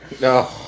No